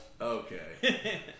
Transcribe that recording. Okay